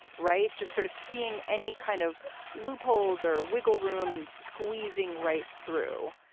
right. just sort of seeing any kind of loopholes or wiggle room and squeezing right through.